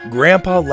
Grandpa